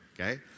okay